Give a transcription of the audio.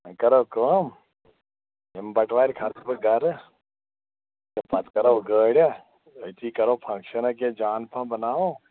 وۅنۍ کَرو کٲم ییٚمہِ بَٹوارِ کھ سہٕ بہٕ گَرٕ تہٕ پَتہٕ کَرو گٲڑۍ أتی کَرو فَنگشَنا کیٚنٛہہ جان پَہَم بناوو